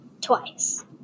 twice